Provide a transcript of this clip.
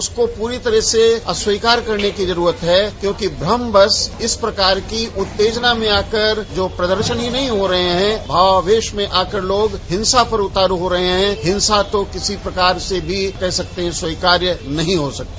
उसकी पूरी तरह से अस्वीकार करने की जरूरत है क्योंकि भ्रंमवश इस प्रकार की उत्तेजना में आकर जो प्रदर्शन ही नहीं हो रहे भावावेश में आकर लोग हिंसा पर उतारू हो रहे हैं हिंसा तो किसी प्रकार से कह सकते है कि स्वीकार्य नही हो सकती